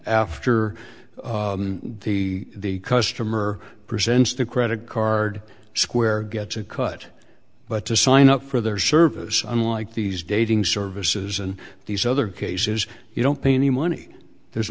after the customer presents the credit card square gets a cut but to sign up for their service unlike these dating services and these other cases you don't pay any money there's